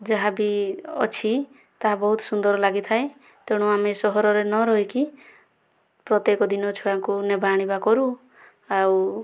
ଯାହା ବି ଅଛି ତାହା ବହୁତ ସୁନ୍ଦର ଲାଗିଥାଏ ତେଣୁ ଆମେ ସହରରେ ନ ରହିକି ପ୍ରତ୍ୟେକ ଦିନ ଛୁଆଙ୍କୁ ନେବା ଆଣିବା କରୁ ଆଉ